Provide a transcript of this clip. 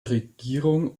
regierung